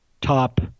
top